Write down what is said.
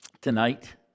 tonight